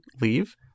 leave